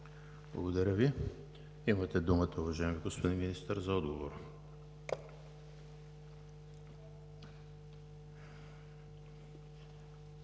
Благодаря Ви. Имате думата, уважаеми господин Министър, за отговор.